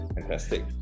fantastic